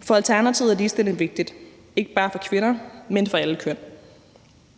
For Alternativet er ligestilling vigtigt – ikke bare for kvinder, men for alle køn.